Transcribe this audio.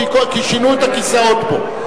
כי שינו את הכיסאות פה.